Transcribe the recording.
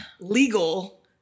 legal